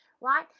right